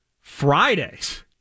Fridays